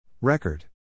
Record